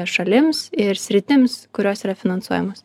šalims ir sritims kurios yra finansuojamos